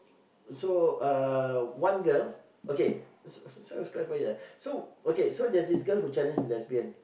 so uh one girl okay so the story is quite funny ah so okay so there's this girl who challenged the lesbian